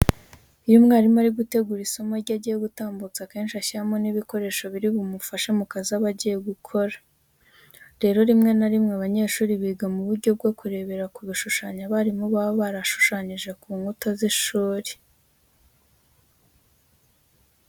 Iyo umwarimu ari gutegura isomo rye agiye gutambutsa, akenshi ashyiramo n'ibikoresho biri bumufashe mu kazi aba agiye gukora. Rero rimwe na rimwe abanyeshuri biga mu buryo bwo kurebera ku bishushanyo abarimu baba barashushanyije ku nkuta z'ishuri.